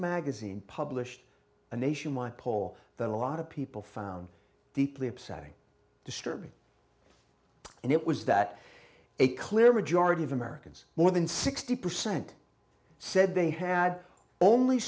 magazine published a nationwide poll that a lot of people found deeply upsetting disturbing and it was that a clear majority of americans more than sixty percent said they had only